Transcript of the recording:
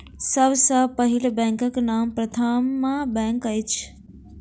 सभ सॅ पहिल बैंकक नाम प्रथमा बैंक अछि